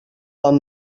amb